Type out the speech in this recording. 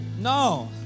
no